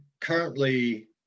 currently